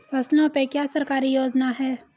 फसलों पे क्या सरकारी योजना है?